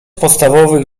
podstawowych